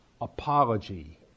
apology